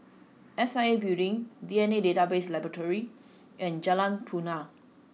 S I A Building D N A Database Laboratory and Jalan Punai